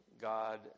God